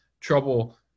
trouble